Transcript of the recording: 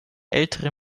ältere